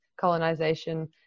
colonization